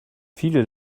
viele